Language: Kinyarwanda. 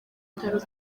bitaro